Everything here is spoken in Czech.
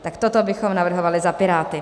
Tak toto bychom navrhovali za Piráty.